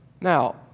Now